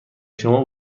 شما